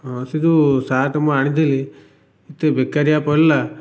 ହଁ ସେ ଯେଉଁ ସାର୍ଟ ମୁଁ ଆଣିଥିଲି ଏତେ ବେକାରିଆ ପଡ଼ିଲା